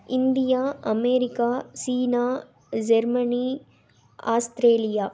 India America China Germany Australia